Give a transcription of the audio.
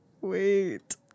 wait